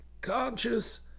conscious